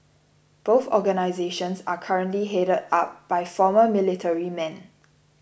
both organisations are currently headed up by former military men